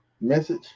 message